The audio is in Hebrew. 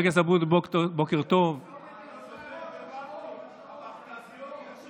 בוקר טוב גם לחבר הכנסת אמסלם.